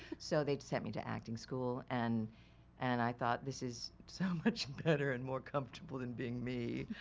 so they just sent me to acting school, and and i thought this is so much better and more comfortable than being me.